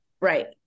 right